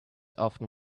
often